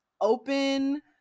Open